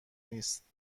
نیست